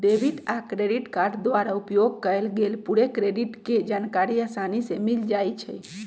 debit आ credit card द्वारा उपयोग कएल गेल पूरे क्रेडिट के जानकारी असानी से मिल जाइ छइ